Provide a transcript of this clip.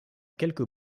quelques